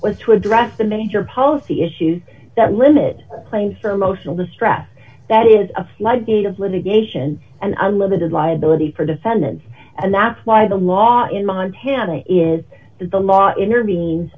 was to address the major policy issues that limit claims for emotional distress that is a floodgate of litigation and i live it is a liability for defendants and that's why the law in montana is the law intervene